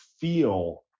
feel –